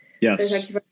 Yes